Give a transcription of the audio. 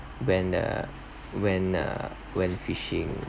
when the when the when fishing